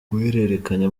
guhererekanya